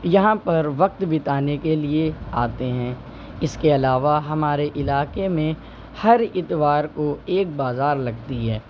یہاں پر وقت بتانے کے لیے آتے ہیں اس کے علاوہ ہمارے علاقے میں ہر اتوار کو ایک بازار لگتی ہے